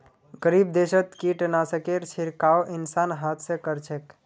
गरीब देशत कीटनाशकेर छिड़काव इंसान हाथ स कर छेक